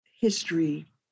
history